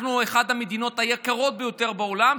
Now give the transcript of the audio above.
אנחנו אחת המדינות היקרות ביותר בעולם,